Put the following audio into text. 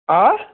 হাঁ